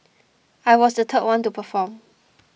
I was the third one to perform